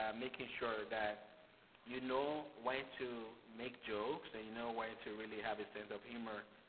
um making sure that you know when to make jokes, and you know when to really have a sense of humour.